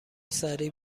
سریع